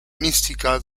mística